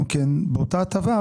באותה הטבלה,